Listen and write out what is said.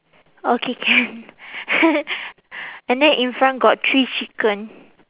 okay can and then in front got three chicken